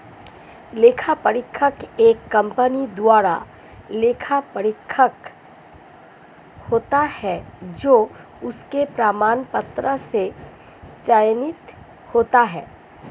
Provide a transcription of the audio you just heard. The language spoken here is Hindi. लेखा परीक्षक एक कंपनी द्वारा लेखा परीक्षक होता है जो उसके प्रमाण पत्रों से चयनित होता है